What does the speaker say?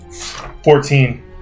Fourteen